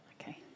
okay